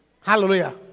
Hallelujah